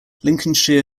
lincolnshire